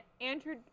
Andrew